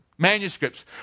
manuscripts